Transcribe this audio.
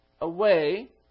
away